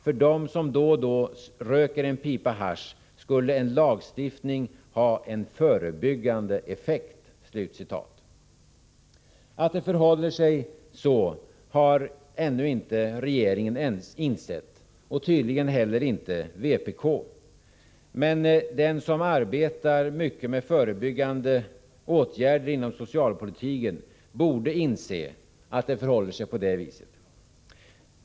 För de som då och då röker en pipa hasch skulle en lagstiftning ha en förebyggande effekt.” Att det förhåller sig så har ännu inte regeringen insett och tydligen inte heller vpk. Men den som arbetar mycket med förebyggande åtgärder inom socialpolitiken borde inse att det förhåller sig på det viset.